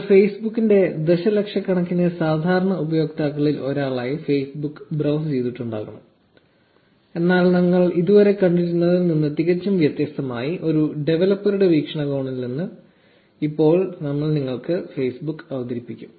നിങ്ങൾ ഫേസ്ബുക്കിന്റെ ദശലക്ഷക്കണക്കിന് സാധാരണ ഉപയോക്താക്കളിൽ ഒരാളായി ഫേസ്ബുക്ക് ബ്രൌസുചെയ്തിട്ടുണ്ടാകണം എന്നാൽ നിങ്ങൾ ഇതുവരെ കണ്ടിരുന്നതിൽ നിന്ന് തികച്ചും വ്യത്യസ്തമായ ഒരു ഡെവലപ്പറുടെ വീക്ഷണകോണിൽ നിന്ന് ഇപ്പോൾ ഞങ്ങൾ നിങ്ങൾക്ക് ഫേസ്ബുക്ക് അവതരിപ്പിക്കും